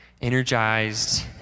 energized